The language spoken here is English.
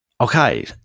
Okay